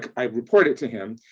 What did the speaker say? i reported to him.